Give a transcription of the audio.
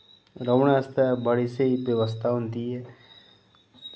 रौह्ने आस्तै बड़ी स्हेई वबस्था होंदी ऐ